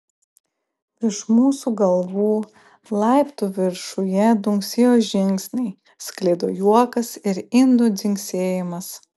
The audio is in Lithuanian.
virš mūsų galvų laiptų viršuje dunksėjo žingsniai sklido juokas ir indų dzingsėjimas